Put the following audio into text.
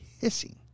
hissing